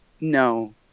No